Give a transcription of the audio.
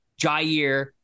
Jair